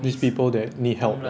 these people that need help